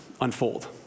unfold